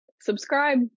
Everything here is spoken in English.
Subscribe